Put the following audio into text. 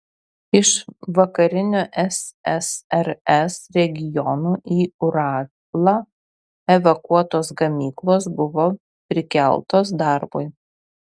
iš vakarinių ssrs regionų į uralą evakuotos gamyklos buvo prikeltos darbui